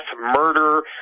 murder